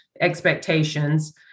expectations